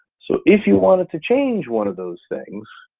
so if you wanted to change one of those things,